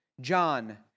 John